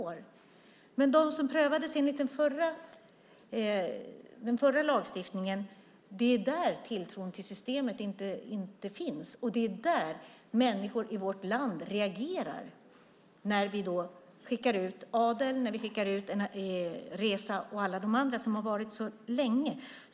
Det är när det gäller dem som prövades enligt den förra lagstiftningen som tilltron till systemet inte finns. Människor i vårt land reagerar när vi skickar ut Adel, Reza och alla de andra som har varit här så länge.